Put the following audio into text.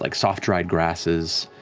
like soft-dried grasses.